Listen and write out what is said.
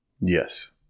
Yes